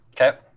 Okay